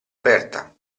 aperta